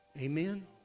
Amen